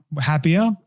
happier